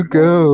go